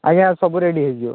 ଆଜ୍ଞା ସବୁ ରେଡ଼ି ହେଇଯିବ